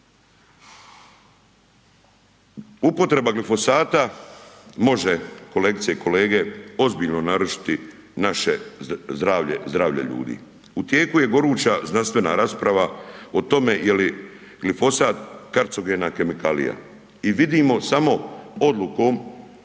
Upotreba glifosata može kolegice i kolege može ozbiljno narušiti naše zdravlje, zdravlje ljudi. U tijeku je goruća znanstvena rasprava o tome je li glifosat karcogena kemikalija i vidimo samo odlukom